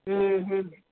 હં હં